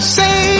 say